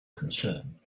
concern